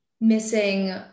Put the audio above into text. missing